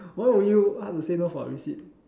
why would you hard to say no for a receipt